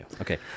Okay